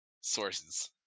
sources